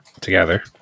together